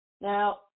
Now